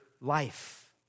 life